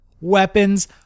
weapons